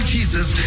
Jesus